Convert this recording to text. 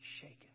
shaken